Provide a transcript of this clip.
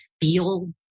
feel